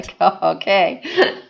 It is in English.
okay